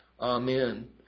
Amen